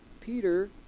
Peter